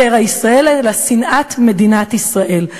זרע ישראל, אלא שנאת מדינת ישראל.